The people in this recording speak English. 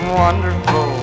wonderful